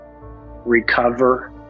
recover